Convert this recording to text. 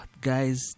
guys